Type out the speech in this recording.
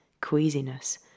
Queasiness